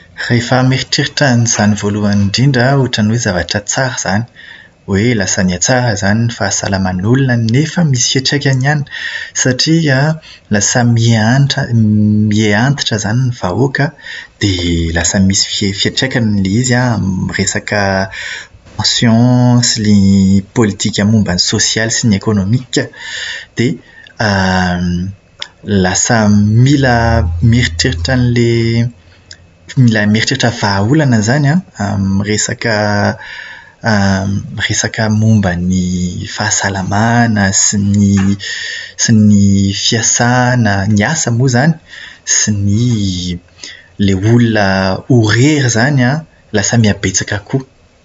Rehefa mieritreritra an'izany voalohany indrindra aho, ohatran'ny hoe zavatra tsara izany. Hoe lasa nihatsara izany ny fahasalaman'ny olona nefa misy fiantraikany ihany. Satria an, lasa mihantra- mihaantitra izany ny vahoaka, dia lasa misy fiantraikany ilay izy an amin'ny ressaka pension sy ny politika momba ny sosialy sy ny ekonomika. Dia lasa mila mieritreritra an'ilay mila mieritreritra vahaolana izany an, amin'ny resaka resaka momba ny fahasalamana sy ny sy ny fiasana, ny asa moa izany, sy ny ilay olona ho irery izany an, lasa mihabetsaka koa.